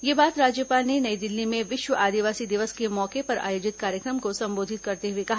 यह बात राज्यपाल ने नई दिल्ली में विश्व आदिवासी दिवस के मौके पर आयोजित कार्यक्रम को संबोधित करते हुए कहा